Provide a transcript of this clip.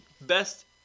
Best